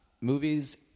Movies